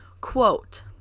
Quote